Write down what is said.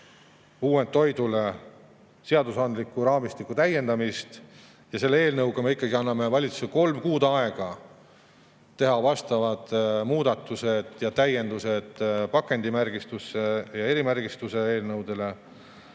uuendtoitude seadusandliku raamistiku täiendamist. Selle eelnõuga me anname valitsusele kolm kuud aega, et teha vastavad muudatused ja täiendused pakendi märgistuse ja erimärgistuse [korras].